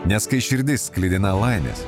nes kai širdis sklidina laimės